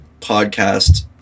podcast